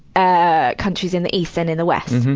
ah, countries in the east and in the west